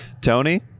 Tony